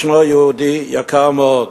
יש יהודי יקר מאוד,